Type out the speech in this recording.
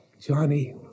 Johnny